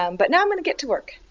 um but now i'm going to get to work.